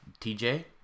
TJ